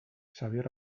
xabier